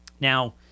Now